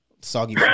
Soggy